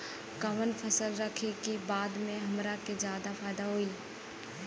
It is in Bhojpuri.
कवन फसल रखी कि बाद में हमरा के ज्यादा फायदा होयी?